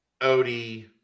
Odie